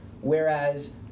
Whereas